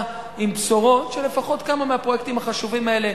עם בשורות שלפחות כמה מהפרויקטים החשובים האלה,